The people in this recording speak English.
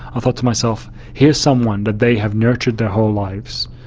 thought to myself here is someone that they have nurtured their whole lives,